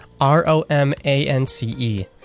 R-O-M-A-N-C-E